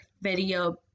video